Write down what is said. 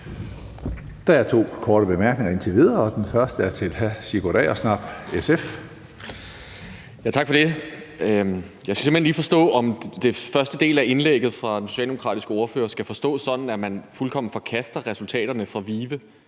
Der er to korte bemærkninger indtil videre, og den første er fra hr. Sigurd Agersnap, SF. Kl. 15:02 Sigurd Agersnap (SF): Tak for det. Jeg skal simpelt hen lige forstå, om den første del af indlægget fra den socialdemokratiske ordfører skal forstås sådan, at man fuldkommen forkaster resultaterne fra VIVE,